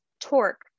torque